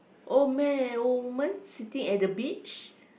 old man and old woman sitting at the beach